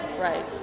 Right